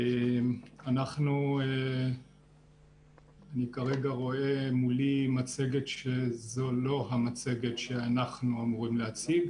כרגע אני רואה מולי מצגת שהיא לא המצגת שאנחנו אמורים להציג.